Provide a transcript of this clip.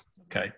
Okay